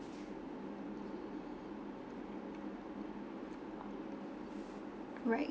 right